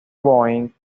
boeing